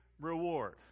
reward